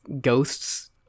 ghosts